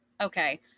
okay